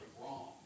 wrong